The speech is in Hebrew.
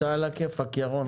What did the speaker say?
אתה עלא-כיפאק, ירון.